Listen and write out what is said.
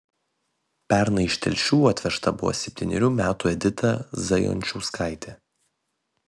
pernai iš telšių atvežta buvo septynerių metų edita zajančauskaitė